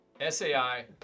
SAI